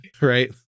right